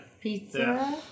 pizza